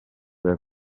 della